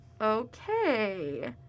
okay